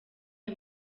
aya